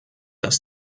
dass